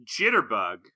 Jitterbug